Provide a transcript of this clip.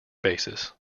basis